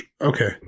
Okay